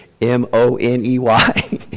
M-O-N-E-Y